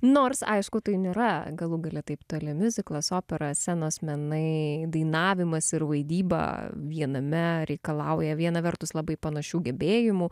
nors aišku tai nėra galų gale taip toli miuziklas opera scenos menai dainavimas ir vaidyba viename reikalauja viena vertus labai panašių gebėjimų